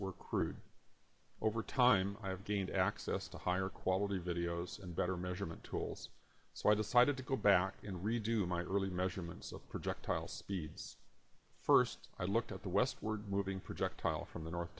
were crude over time i have gained access to higher quality videos and better measurement tools so i decided to go back and redo my earlier measurements of projectile speeds first i looked at the westward moving projectile from the north